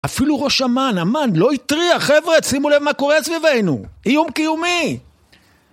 אפילו ראש אמ"ן, אמ"ן, לא התריע, חבר'ה, שימו לב מה קורה סביבנו, איום קיומי!